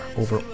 over